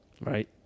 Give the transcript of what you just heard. Right